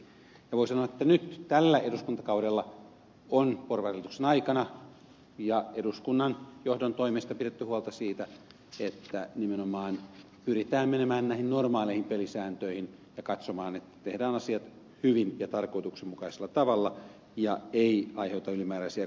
voi sanoa että nyt tällä eduskuntakaudella on porvarihallituksen aikana ja eduskunnan johdon toimesta pidetty huolta siitä että nimenomaan pyritään menemään näihin normaaleihin pelisääntöihin ja katsomaan että tehdään asiat hyvin ja tarkoituksenmukaisella tavalla ja ei aiheuteta ylimääräisiä kustannuksia